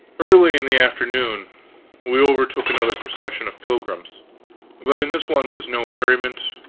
early in the afternoon we overtook another procession of pilgrims but in this one was no merriment,